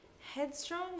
Headstrong